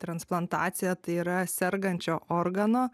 transplantacija tai yra sergančio organo